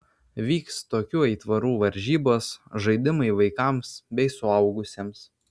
vyks tokių aitvarų varžybos žaidimai vaikams bei suaugusiems